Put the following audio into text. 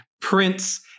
Prince